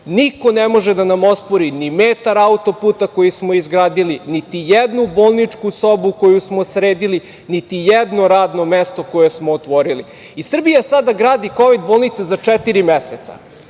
Niko ne može da nam ospori ni metar autoputa koji smo izgradili, niti jednu bolničku sobu koju smo sredili, niti jedno radno mesto koje smo otvorili. Srbija sada gradi kovid-bolnice za četiri meseca.